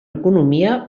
economia